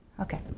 Okay